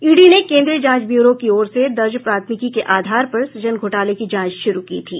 ED ने केंद्रीय जांच ब्यूरो की ओर से दर्ज प्राथमिकी के आधार पर सृजन घोटाले की जांच शुरू की थी